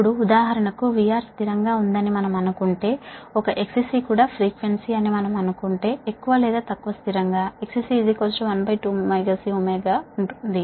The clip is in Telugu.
ఇప్పుడు ఉదాహరణకు VR కాన్స్టాంట్ గా ఉందని మనం అనుకుంటే ఒక XC కూడా పౌనఃపున్యం ఫ్రీక్వెన్సీ అని మనం అనుకుంటే ఎక్కువ లేదా తక్కువ కాన్స్టాంట్ గాXC 12ωC ఒమేగా ఉంటుంది